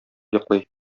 йоклый